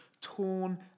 torn